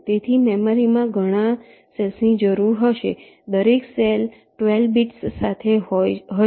તેથી મેમરી માં ઘણા સેલ્સ ની જરૂર હશે દરેક સેલ 12 બિટ્સ સાથે હશે